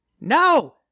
No